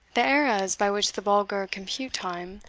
the eras by which the vulgar compute time,